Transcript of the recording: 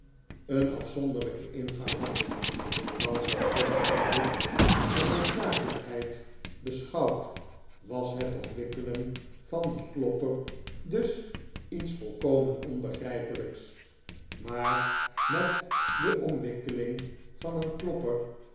een afzonderlijken ingang had als een quaestie van nut en noodzakelijkheid beschouwd was het omwikkelen van dien klopper dus iets volkomen onbegrijpelijks maar met de omwikkeling van een klopper